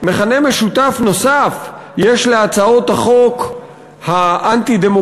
מכנה משותף נוסף להצעות החוק האנטי-דמוקרטיות